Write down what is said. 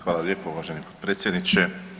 Hvala lijepa uvaženi potpredsjedniče.